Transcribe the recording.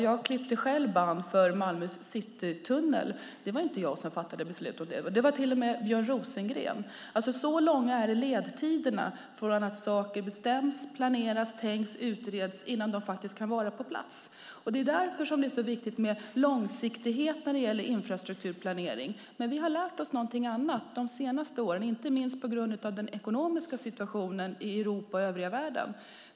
Jag klippte själv band för Malmös citytunnel. Det var inte jag som fattade beslut om den. Det var till och med Björn Rosengren. Så långa är ledtiderna från att saker bestäms, planeras, tänks och utreds innan de faktiskt kan vara på plats. Det är därför som det är så viktigt med långsiktighet för infrastrukturplanering. Vi har lärt oss någonting annat de senaste åren, inte minst på grund av den ekonomiska situationen i Europa och övriga världen.